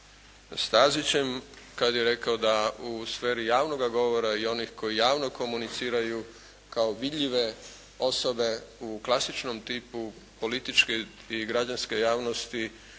Stazićem kada je rekao da u sferi javnoga govora i onih koji javno komuniciraju kao vidljive osobe u klasičnom tipu političke i građanske javnosti